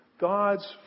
God's